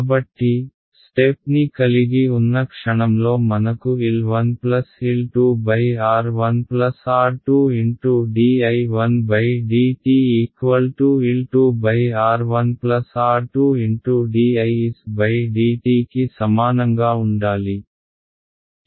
కాబట్టి స్టెప్ ని కలిగి ఉన్న క్షణంలో మనకు L 1 L 2 R 1 R 2 × d I 1 dt L 2 R 1 R 2 d I s d t కి సమానంగా ఉండాలి